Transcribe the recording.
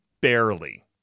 Barely